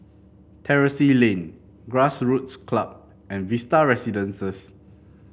Terrasse Lane Grassroots Club and Vista Residences